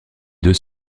deux